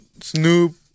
Snoop